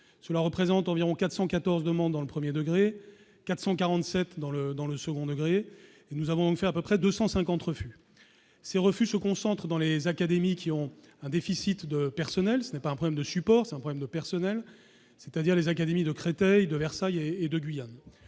cela représente environ 414 demande dans le 1er degré 447 dans le dans le second degré et nous avons fait à peu près 250 refus ces refus se concentre dans les académies qui ont un déficit de personnel, ce n'est pas un problème de support, c'est un problème de personnel, c'est-à-dire les académies de Créteil, de Versailles et de Guyane,